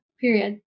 Period